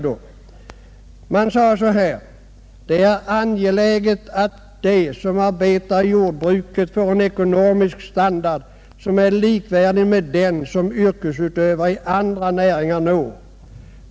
Riksdagen sade följande: ”Det är angeläget att de som arbetar i jordbruket får en ekonomisk standard som är likvärdig med den som yrkesutövare i andra näringar når.